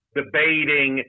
debating